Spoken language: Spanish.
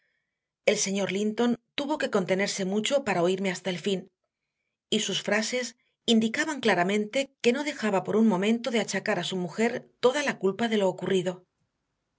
el señor linton tuvo que contenerse mucho para oírme hasta el fin y sus frases indicaban claramente que no dejaba por un momento de achacar a su mujer toda la culpa de lo ocurrido